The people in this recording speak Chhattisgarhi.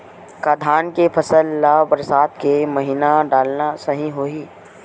का धान के फसल ल बरसात के महिना डालना सही होही?